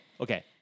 okay